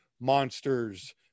monsters